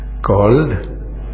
called